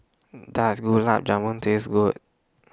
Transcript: Does Gulab Jamun Taste Good